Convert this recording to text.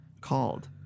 called